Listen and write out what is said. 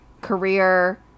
career